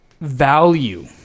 value